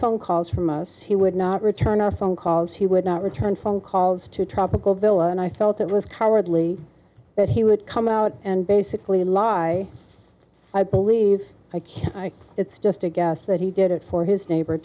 phone calls from us he would not return our phone calls he would not return phone calls to tropical villa and i felt it was cowardly that he would come out and basically lie i believe i can it's just a guess that he did it for his neighbor